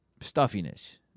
Stuffiness